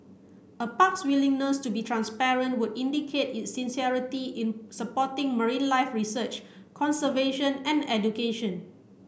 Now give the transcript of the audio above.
a park's willingness to be transparent would indicate its sincerity in supporting marine life research conservation and education